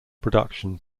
production